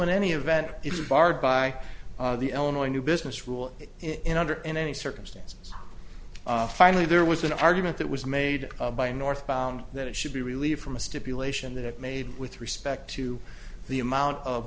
in any event it is barred by the illinois new business rule in under any circumstances finally there was an argument that was made by north bound that it should be relieved from a stipulation that it made with respect to the amount of